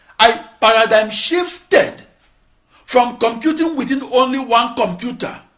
i paradigm shifted from computing within only one computer